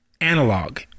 analog